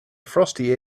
frosty